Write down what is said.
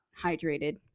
hydrated